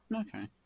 Okay